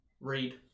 read